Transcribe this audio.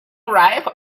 ripe